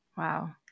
Wow